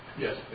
Yes